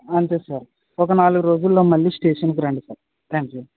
అంతే సార్ ఒక నాలుగు రోజుల్లో మళ్ళీ స్టేషన్కి రండి సార్ థ్యాంక్ యూ